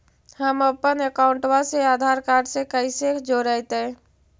हमपन अकाउँटवा से आधार कार्ड से कइसे जोडैतै?